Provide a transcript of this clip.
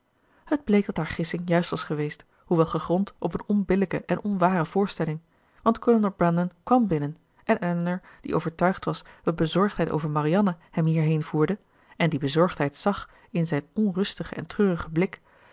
het bleek dat haar gissing juist was geweest hoewel gegrond op een onbillijke en onware voorstelling want kolonel brandon kwàm binnen en elinor die overtuigd was dat bezorgdheid over marianne hem hierheen voerde en die bezorgdheid zag in zijn onrustigen en treurigen blik